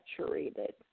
saturated